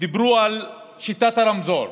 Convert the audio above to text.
דיברו על שיטת הרמזור,